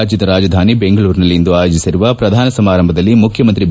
ರಾಜ್ಯದ ರಾಜಧಾನಿ ಬೆಂಗಳೂರಿನಲ್ಲಿ ಇಂದು ಆಯೋಜಿಸಿರುವ ಪ್ರಧಾನ ಸಮಾರಂಭದಲ್ಲಿ ಮುಖ್ಯಮಂತ್ರಿ ಬಿ